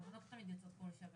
אבל הן לא תמיד יוצאות כל שבת.